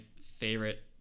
favorite